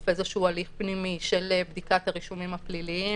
איזשהו הליך פנימי של בדיקת הרישומים הפליליים,